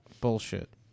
Bullshit